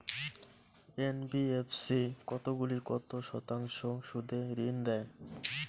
NBFC কতগুলি কত শতাংশ সুদে ঋন দেয়?